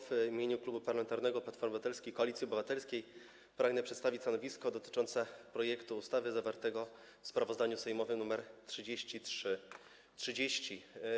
W imieniu Klubu Parlamentarnego Platforma Obywatelska - Koalicja Obywatelska pragnę przedstawić stanowisko dotyczące projektu ustawy zawartego w sprawozdaniu sejmowym w druku nr 3330.